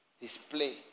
display